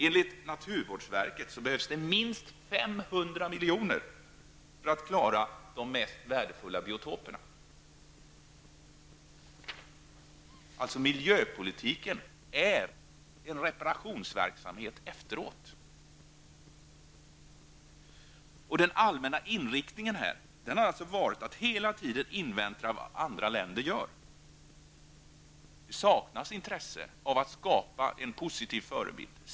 Enligt naturvårdsverket behövs det minst 500 milj.kr. för att klara de mest värdefulla biotoperna. Miljöpolitiken är en reparationsverksamhet efteråt. Den allmänna inriktningen har varit att hela tiden invänta vad andra länder gör. Det saknas intresse för att skapa en positiv förebild.